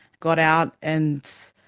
got out, and